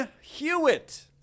Hewitt